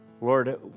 Lord